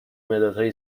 مدادهایی